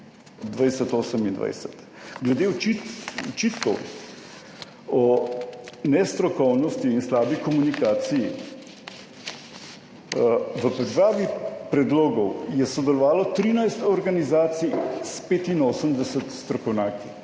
Glede očitkov o nestrokovnosti in slabi komunikaciji, v pripravi predlogov je sodelovalo 13 organizacij s 85 strokovnjaki.